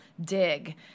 dig